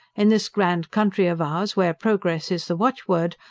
in this grand country of ours, where progress is the watchword,